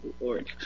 lord